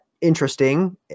interesting